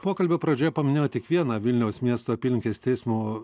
pokalbio pradžioje paminėjau tik vieną vilniaus miesto apylinkės teismo